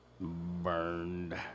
Burned